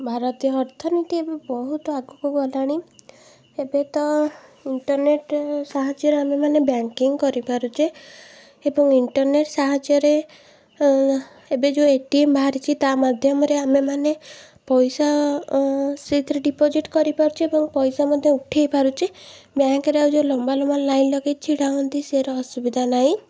ଭାରତୀୟ ଅର୍ଥନୀତି ଏବେ ବହୁତ ଆଗକୁ ଗଲାଣି ଏବେ ତ ଇଣ୍ଟରନେଟ୍ ସାହାଯ୍ୟରେ ଆମେମାନେ ବ୍ୟାଙ୍କିଙ୍ଗ୍ କରିପାରୁଛେ ଏବଂ ଇଣ୍ଟରନେଟ୍ ସାହାଯ୍ୟରେ ଓ ଆ ଏବେ ଯେଉଁ ଏ ଟି ଏମ୍ ବାହାରିଛି ତା' ମାଧ୍ୟମରେ ଆମେମାନେ ପଇସା ଓ ସେଇଥିରେ ଡିପୋଜିଟ୍ କରିପାରୁଛେ ଏବଂ ପଇସା ମଧ୍ୟ ଉଠେଇପାରୁଛେ ବ୍ୟାଙ୍କ୍ରେ ଆଉ ଯେଉଁ ଲମ୍ବା ଲମ୍ବା ଲାଇନ୍ ଲଗେଇ ଛିଡ଼ା ହୁଅନ୍ତି ସେଗୁଡ଼ା ଅସୁବିଧା ନାଇଁ